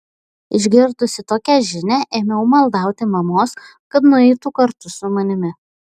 išgirdusi tokią žinią ėmiau maldauti mamos kad nueitų kartu su manimi